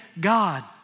God